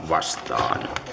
vastaan